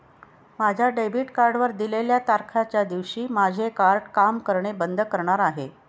माझ्या डेबिट कार्डवर दिलेल्या तारखेच्या दिवशी माझे कार्ड काम करणे बंद करणार आहे